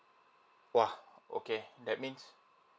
!wah! okay that means